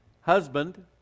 husband